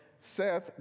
Seth